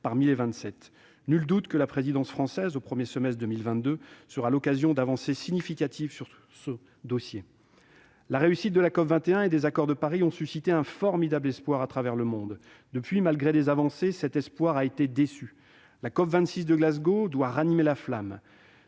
française du Conseil de l'Union européenne, au premier semestre 2022, sera l'occasion d'avancées significatives sur ce dossier. La réussite de la COP21 et des accords de Paris a suscité un formidable espoir à travers le monde. Depuis lors, malgré des avancées, cet espoir a été déçu. La COP26 de Glasgow doit ranimer la flamme.